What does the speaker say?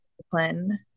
discipline